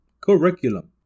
Curriculum